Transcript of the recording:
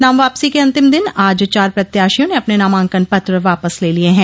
नाम वापसी के अंतिम दिन आज चार प्रत्याशियों ने अपने नामांकन पत्र वापस ले लिये हैं